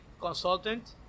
consultant